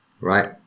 Right